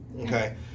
Okay